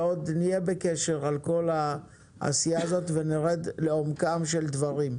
ועוד נהיה בקשר על כל העשייה הזאת ונרד לעומקם של דברים.